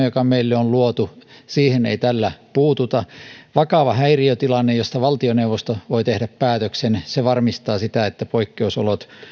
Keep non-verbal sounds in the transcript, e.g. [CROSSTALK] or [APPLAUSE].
[UNINTELLIGIBLE] joka meille on luotu siihen ei tällä puututa vakava häiriötilanne josta valtioneuvosto voi tehdä päätöksen se varmistaa sen että poikkeusolot